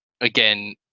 again